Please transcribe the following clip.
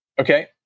Okay